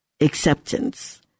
acceptance